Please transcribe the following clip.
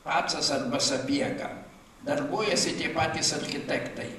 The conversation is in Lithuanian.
pacas arba sapiega darbuojasi tie patys architektai